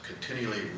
continually